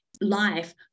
life